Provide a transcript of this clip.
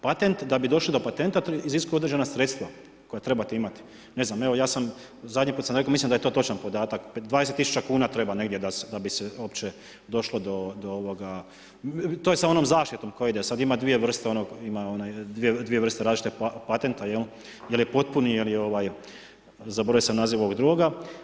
Patent, da bi došli do patenta, iziskuje određena sredstva koja trebate imati, ne znam, evo ja zadnji put sam rekao, mislim da je to točan podatak, 20 000 kuna treba negdje da bi se uopće do došlo ovoga, to je sa onom zaštitom koja ide, sad ima dvije vrste različitih patenta, jel' je potpuni ili zaboravio sam naziv ovog drugoga.